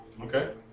Okay